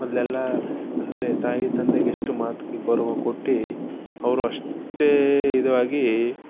ಮೊದಲೆಲ್ಲ ಅಂದರೆ ತಾಯಿ ತಂದೆಗೆ ಎಷ್ಟು ಮಾತು ಈ ಗೌರವ ಕೊಟ್ಟು ಅವರು ಅಷ್ಟೇ ಇದಾಗೀ